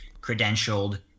credentialed